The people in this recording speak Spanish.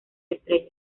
estrella